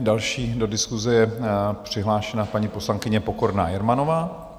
Další do diskuse je přihlášena paní poslankyně Pokorná Jermanová.